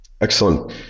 Excellent